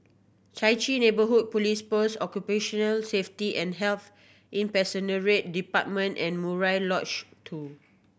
Chai Chee Neighbourhood Police Post Occupational Safety and Health Department and Murai Lodge Two